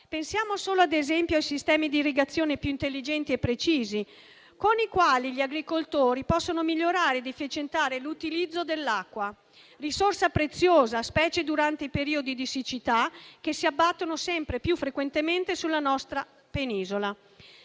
Pensiamo solo, ad esempio, ai sistemi di irrigazione più intelligenti e precisi, con i quali gli agricoltori possono migliorare ed efficientare l'utilizzo dell'acqua, risorsa preziosa specialmente durante i periodi di siccità che si abbattono sempre più frequentemente sulla nostra penisola.